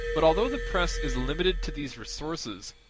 but although the press is limited to these resources,